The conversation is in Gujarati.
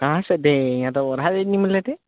કહાં સે દે યહાં તો ઉધારી ની મળે તે